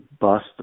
bust